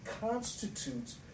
constitutes